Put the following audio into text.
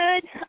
good